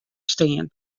stean